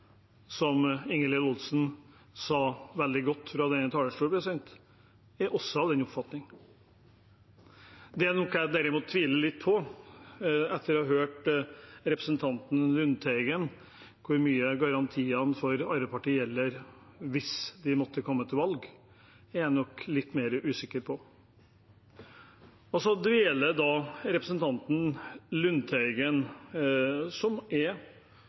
veldig god måte fra denne talerstolen, også av den oppfatning. Det jeg derimot tviler litt på etter å ha hørt representanten Lundteigen, er hvor mye garantiene fra Arbeiderpartiet gjelder hvis de måtte velge. Det er jeg nok litt mer usikker på. Representanten Lundteigen, som er tydelig på at han er